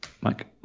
Mike